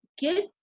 get